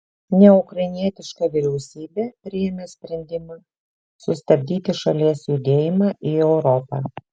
neukrainietiška vyriausybė priėmė sprendimą sustabdyti šalies judėjimą į europą